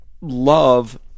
love